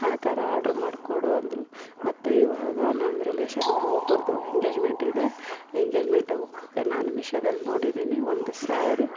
ಹಾ ಥರ ಆರ್ಡ್ರ್ ಮಾಡಿಕೊಡು ಅಂದರು ಮತ್ತು ಇವಾಗ ನಮ್ಮ ರಿಲೇಶನ್ ಅವ್ರು ಒಬ್ಬರದು ಎಂಗೇಜ್ಮೆಂಟ್ ಇದೆ ಎಂಗೇಜ್ಮೆಂಟಿಗ್ ಹೋಗೋಕೆ ನಾನು ಮೀಶೋದಲ್ಲಿ ನೋಡಿದಿನಿ ಒಂದು ಸ್ಯಾರಿ